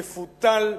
מפותל,